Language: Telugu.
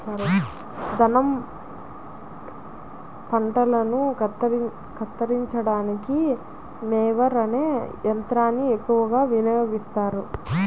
ధాన్యం పంటలను కత్తిరించడానికి మొవర్ అనే యంత్రాన్ని ఎక్కువగా వినియోగిస్తారు